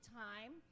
time